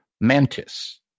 Mantis